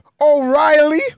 O'Reilly